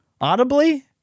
audibly